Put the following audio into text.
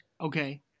Okay